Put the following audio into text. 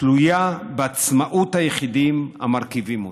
תלויה בעצמאות היחידים המרכיבים אותה".